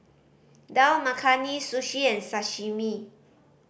Dal Makhani Sushi and Sashimi